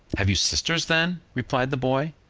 have you sisters, then? replied the boy.